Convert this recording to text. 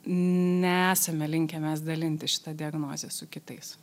nesame linkę mes dalintis šita diagnoze su kitais